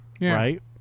right